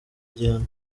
igihano